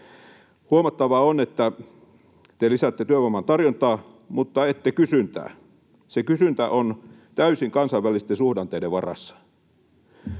Huomattavaa on, että te lisäätte työvoiman tarjontaa, mutta ette kysyntää. Se kysyntä on täysin kansainvälisten suhdanteiden varassa.